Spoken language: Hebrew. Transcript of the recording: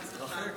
בהצלחה.